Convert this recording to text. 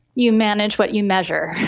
you manage what you measure,